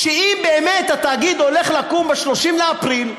שאם באמת התאגיד הולך לקום ב-30 באפריל,